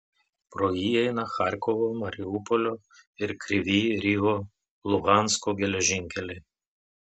pro jį eina charkovo mariupolio ir kryvyj riho luhansko geležinkeliai